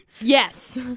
Yes